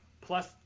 plus